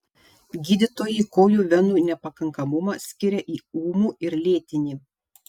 gydytojai kojų venų nepakankamumą skiria į ūmų ir lėtinį